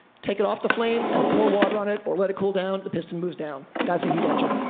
take it off the flame and pour water on it, or let it cool down, the piston moves down. that's a heat engine.